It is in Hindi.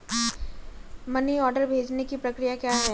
मनी ऑर्डर भेजने की प्रक्रिया क्या है?